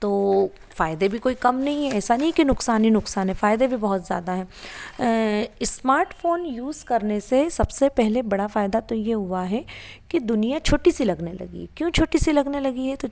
तो फायदे भी कोई कम नहीं है ऐसा नहीं है कि सिर्फ नुकसान ही नुकसान है फायदे भी बहुत ज़्यादा हैं इस्मार्टफोन यूज करने से सबसे पहले बड़ा फायदा तो ये हुआ है कि दुनिया छोटी सी लगाने लगी है क्यों छोटी सी लगाने लगी है